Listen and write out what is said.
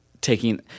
taking